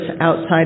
outside